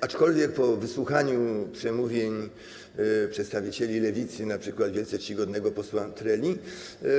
Aczkolwiek po wysłuchaniu przemówień przedstawicieli Lewicy, np. wielce czcigodnego posła Treli,